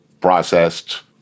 processed